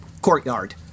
courtyard